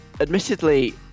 Admittedly